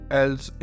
else